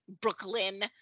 brooklyn